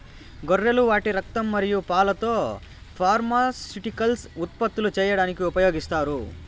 గొర్రెలు వాటి రక్తం మరియు పాలతో ఫార్మాస్యూటికల్స్ ఉత్పత్తులు చేయడానికి ఉపయోగిస్తారు